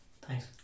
Thanks